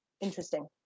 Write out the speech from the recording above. Interesting